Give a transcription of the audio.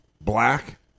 Black